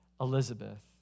Elizabeth